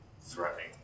threatening